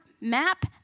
map